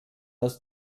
aus